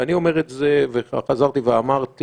ואני אומר את זה וחזרתי ואמרתי,